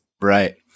right